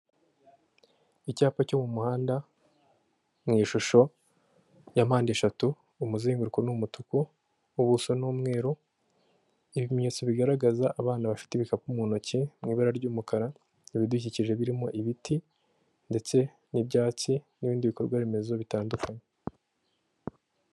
Icyapa cyo mu muhanda mu ishusho ya mpande eshatu, umuzenguruko ni umutuku, ubuso ni umweru, ibimenyetso bigaragaza abana bafite ibikapu mu ntoki mu ibara ry'umukara, ibidukikije birimo ibiti ndetse n'ibyatsi n'ibindi bikorwa remezo bitandukanye.